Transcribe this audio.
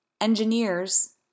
engineers